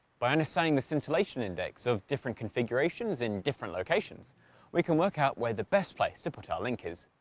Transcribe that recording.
by understanding the scintillation index of different configurations in different locations we can work out where the best place to put our link is.